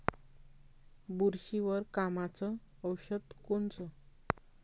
बुरशीवर कामाचं औषध कोनचं?